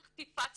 צריך טיפת סבלנות.